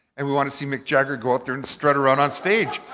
and we wanna see mick jagger go up there and strut around on stage,